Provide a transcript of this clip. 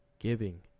giving